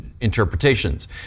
interpretations